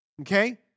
okay